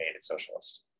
socialist